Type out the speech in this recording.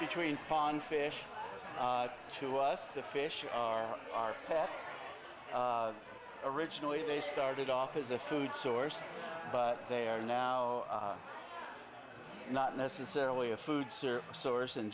between pond fish to us the fish are our pets originally they started off as a food source but they are now not necessarily a food service source in